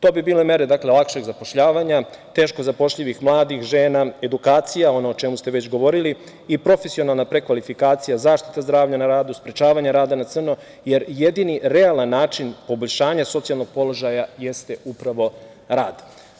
To bi bile mere lakšeg zapošljavanja, teško zapošljivih, mladih, žena, edukacija, ono o čemu ste već govorili i profesionalna prekvalifikacija, zaštita zdravlja na radu, sprečavanje rada na crno, jer jedini realni način poboljšanja socijalnog položaja jeste upravo rad.